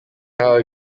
ahawe